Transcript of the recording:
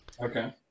okay